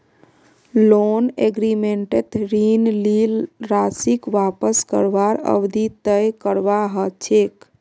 loan एग्रीमेंटत ऋण लील राशीक वापस करवार अवधि तय करवा ह छेक